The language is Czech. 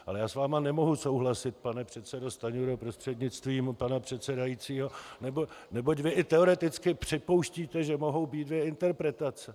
Ale já s vámi nemohu souhlasit, pane předsedo Stanjuro prostřednictvím pana předsedajícího, neboť vy i teoreticky připouštíte, že mohou být dvě interpretace.